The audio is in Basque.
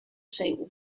zaigu